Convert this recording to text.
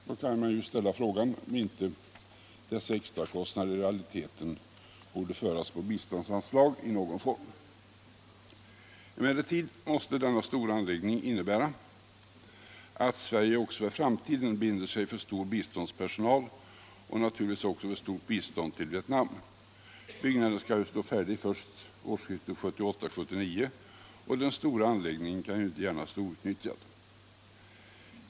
Då kan man ju ställa frågan om inte dessa extrakostnader i realiteten borde föras på biståndsanslag i någon form. Denna stora anläggning måste innebära att Sverige också i framtiden binder sig för stor biståndspersonal och naturligtvis också för stort bistånd till Vietnam. Byggnaden skall stå färdig först vid årsskiftet 1978-1979, och den stora anläggningen kan ju inte gärna stå outnyttjad.